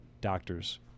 doctors